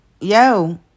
yo